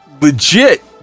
legit